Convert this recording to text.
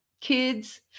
kids